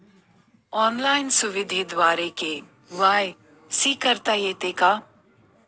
Online सुविधेद्वारे KYC करता येते का?